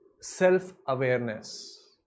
self-awareness